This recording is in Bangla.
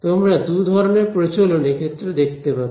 তোমরা দু ধরনের প্রচলন এক্ষেত্রে দেখতে পাবে